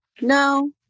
no